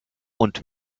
und